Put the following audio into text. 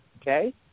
Okay